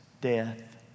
death